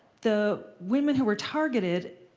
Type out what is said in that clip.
the women who were targeted